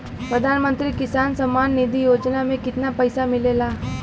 प्रधान मंत्री किसान सम्मान निधि योजना में कितना पैसा मिलेला?